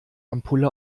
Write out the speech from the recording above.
ampulle